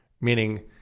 meaning